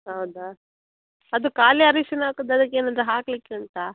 ಹೌದಾ ಅದು ಖಾಲಿ ಅರಿಶಿನ ಹಾಕುದಾ ಅದಕ್ಕೆ ಏನಾದರು ಹಾಕಲಿಕ್ಕೆ ಉಂಟಾ